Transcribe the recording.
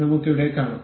നമുക്ക് ഇവിടെ കാണാം